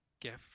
gift